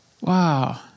Wow